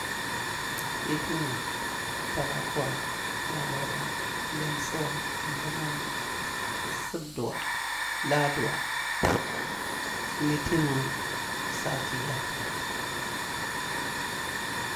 Litinwa, talagwa, larabah, limsuwa, thlamawa, sipduwa, lahduwa, litinwa sati yafita